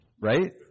right